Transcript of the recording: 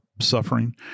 suffering